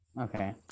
okay